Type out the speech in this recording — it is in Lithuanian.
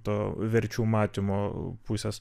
to verčių matymo pusės